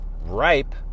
ripe